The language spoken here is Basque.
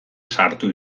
sartu